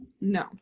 no